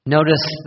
Notice